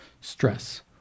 stress